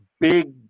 Big